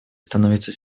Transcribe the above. становится